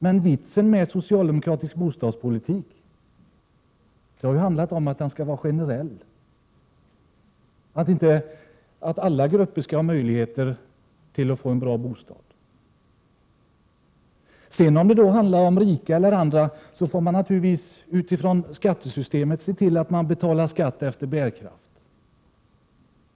Men vitsen med socialdemokratisk bostadspolitik är att den är generell och att den syftar till att alla grupper skall ha möjligheter att få en bra bostad. Om det sedan handlar om människor som är rika får man naturligtvis, med utgångspunkt i skattesystemet, se till att de betalar skatt efter bärkraft.